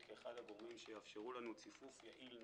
כאחד הגורמים שיאפשרו לנו ציפוף יעיל,